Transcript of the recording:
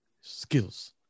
Skills